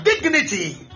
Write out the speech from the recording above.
dignity